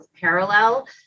parallel